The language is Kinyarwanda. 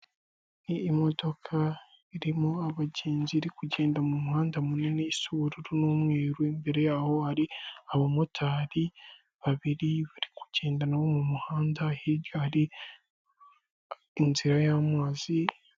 Ni imodoka irimo abagenzi iri kugenda mu muhanda munini isa ubururu n'umweru imbere yaho hari abamotari babiri bari kugenda mu muhanda hirya hari inzira y'amazi.